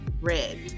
red